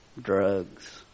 drugs